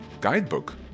guidebook